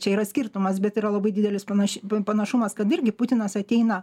čia yra skirtumas bet yra labai didelis panaši panašumas kad irgi putinas ateina